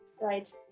right